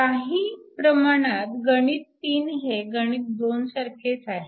काही प्रमाणात गणित 3 हे गणित 2 सारखे आहे